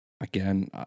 Again